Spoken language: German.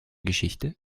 geschichte